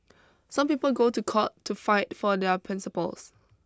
some people go to court to fight for their principles